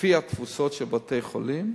לפי התפוסות של בתי-החולים,